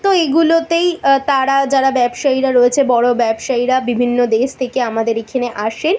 তো এগুলোতেই তারা যারা ব্যবসায়ীরা রয়েছে বড় ব্যবসায়ীরা বিভিন্ন দেশ থেকে আমাদের এখানে আসেন